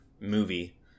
movie